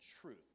truth